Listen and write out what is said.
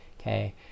okay